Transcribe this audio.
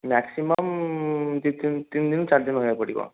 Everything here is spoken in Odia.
ମ୍ୟାକ୍ସିମମ୍ ଦୁଇ ତିନ୍ ତିନ୍ ଦିନରୁ ଚାର୍ ଦିନ୍ ରହିବାକୁ ପଡ଼ିବ